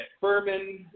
Furman